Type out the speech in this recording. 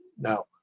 Now